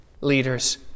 leaders